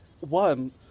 One